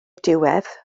diwedd